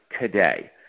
today